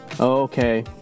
Okay